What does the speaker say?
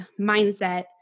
mindset